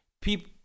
people